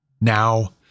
Now